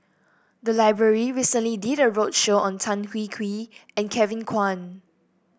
the library recently did a roadshow on Tan Hwee Hwee and Kevin Kwan